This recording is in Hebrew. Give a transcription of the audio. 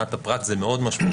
מבחינת הפרט זה מאוד משמעותי,